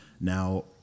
Now